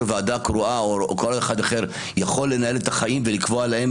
ועדה קרואה או כל אחד אחר יכול לנהל את החיים ולקבוע להם